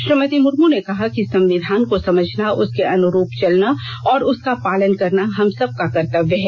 श्रीमती मुर्मू ने कहा कि संविधान को समझना उसके अनुरूप चलना और उसका पालन करना हम सबका कर्तव्य है